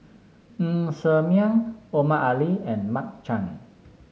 Ng Ser Miang Omar Ali and Mark Chan